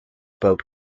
boat